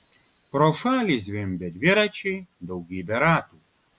pro šalį zvimbė dviračiai daugybė ratų